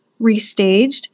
restaged